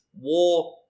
war